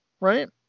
right